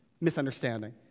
misunderstanding